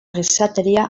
gizateria